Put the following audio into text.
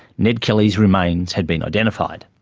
ned kelly's remains had been identified.